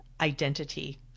identity